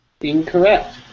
Incorrect